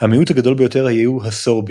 המיעוט הגדול ביותר היה הסורבים,